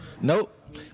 Nope